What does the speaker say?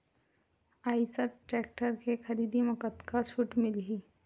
Eicher tractor के खरीदी म कतका छूट मिलही?